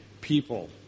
people